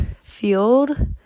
field